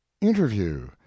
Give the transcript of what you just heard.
interview